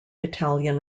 italian